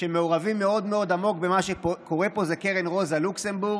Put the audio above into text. שמעורבים מאוד עמוק במה שקורה פה הוא קרן רוזה לוקסמבורג.